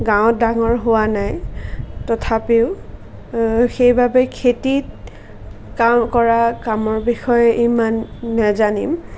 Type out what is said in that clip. গাঁৱত ডাঙৰ হোৱা নাই তথাপিও সেইবাবে খেতিত কাম কৰা কামৰ বিষয়ে ইমান নাজানিম